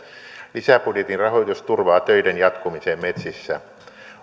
lisäbudjetin rahoitus turvaa töiden jatkumisen metsissä